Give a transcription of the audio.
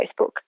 Facebook